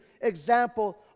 example